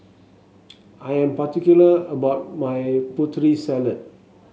I am particular about my Putri Salad